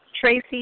Tracy